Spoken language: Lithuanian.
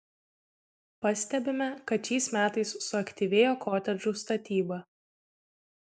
pastebime kad šiais metais suaktyvėjo kotedžų statyba